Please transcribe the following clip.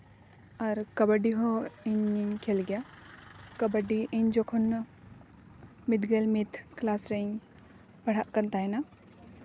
ᱟᱨ ᱠᱟᱵᱟᱰᱤ ᱦᱚᱸ ᱤᱧᱤᱧ ᱠᱷᱮᱞ ᱜᱮᱭᱟ ᱠᱟᱵᱟᱰᱤ ᱤᱧ ᱡᱚᱠᱷᱚᱱ ᱢᱤᱫ ᱜᱮᱞ ᱢᱤᱫ ᱠᱞᱟᱥ ᱨᱤᱧ ᱯᱟᱲᱦᱟᱜ ᱠᱟᱱ ᱛᱟᱦᱮᱱᱟ